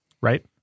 right